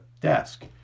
desk